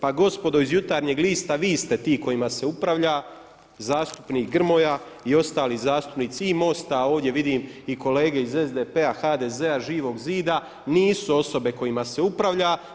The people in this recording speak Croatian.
Pa gospodo iz Jutarnjeg lista vi ste ti kojima se upravlja, zastupnik Grmoja i ostali zastupnici i MOST-a a ovdje vidim i kolege iz SDP-a, HDZ-a, Živog zida nisu osobe kojima se upravlja.